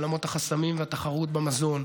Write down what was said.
בעולמות החסמים והתחרות במזון,